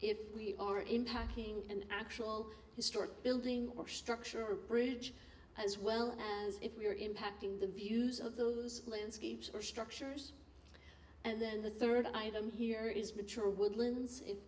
if we are impacting an actual historic building or structure or a bridge as well as if we are impacting the views of the landscapes or structures and then the third item here is mature woodlands i